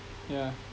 yeah